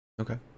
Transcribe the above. okay